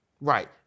Right